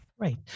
Right